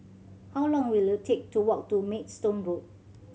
how long will it take to walk to Maidstone Road